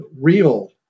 real